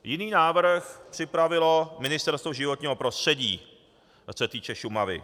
Jiný návrh připravilo Ministerstvo životního prostředí, co se týče Šumavy.